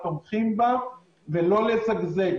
תומכים בה ולא לזגזג.